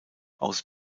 aus